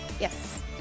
Yes